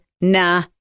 nah